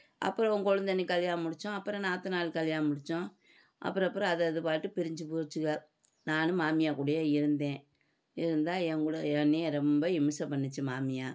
அப்புறம் ஒரு கொழுந்தனுக்கு கல்யாணம் முடித்தோம் அப்புறம் நாத்தனாருக்கு கல்யாணம் முடித்தோம் அப்புறம் அப்புறம் அது அது பாட்டுக்கு பிரிஞ்சு போச்சுக நானும் மாமியார் கூடயே இருந்தேன் இருந்தால் என்கூட என்னை ரொம்ப இம்சை பண்ணிச்சு மாமியார்